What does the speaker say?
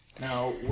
Now